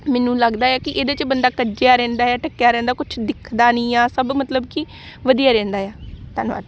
ਮੈਨੂੰ ਲੱਗਦਾ ਹੈ ਕਿ ਇਹਦੇ 'ਚ ਬੰਦਾ ਕੱਜਿਆ ਰਹਿੰਦਾ ਹੈ ਢੱਕਿਆ ਰਹਿੰਦਾ ਕੁਛ ਦਿਖਦਾ ਨਹੀਂ ਆ ਸਭ ਮਤਲਬ ਕਿ ਵਧੀਆ ਰਹਿੰਦਾ ਆ ਧੰਨਵਾਦ